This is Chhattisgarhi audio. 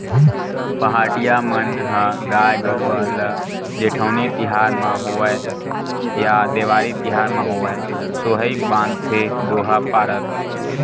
पहाटिया मन ह गाय गरुवा ल जेठउनी तिहार म होवय या देवारी तिहार म होवय सोहई बांधथे दोहा पारत